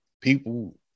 People